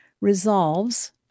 resolves